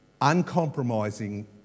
uncompromising